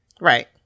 Right